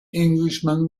englishman